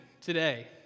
today